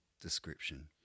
description